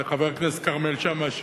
לחבר הכנסת כרמל שאמה,